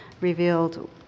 revealed